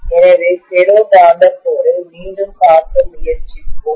எனவே ஃபெரோ காந்த கோரை மையத்தை மீண்டும் பார்க்க முயற்சிப்போம்